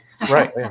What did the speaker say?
Right